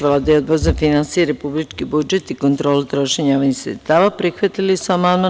Vlada i Odbor za finansije, republički budžet i kontrolu trošenja budžetskih sredstava, prihvatili su amandman.